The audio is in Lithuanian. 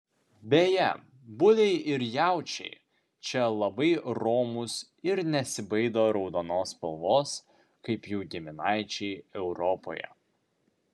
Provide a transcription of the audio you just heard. beje buliai ir jaučiai čia labai romūs ir nesibaido raudonos spalvos kaip jų giminaičiai europoje